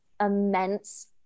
immense